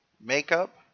makeup